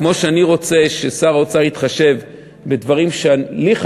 כמו שאני רוצה ששר האוצר יתחשב בדברים שחשובים לי,